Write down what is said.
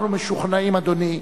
אנחנו משוכנעים, אדוני,